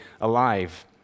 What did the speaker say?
alive